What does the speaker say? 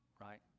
right